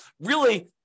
really-